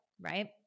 right